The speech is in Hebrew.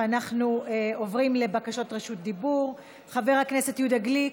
אנחנו עוברים לבקשות רשות דיבור: חבר הכנסת יהודה גליק,